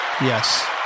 yes